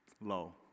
low